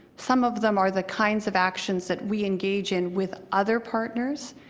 some of them are the kinds of actions that we engage in with other partners.